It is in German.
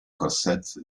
korsett